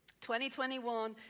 2021